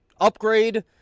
upgrade